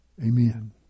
Amen